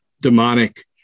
demonic